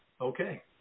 okay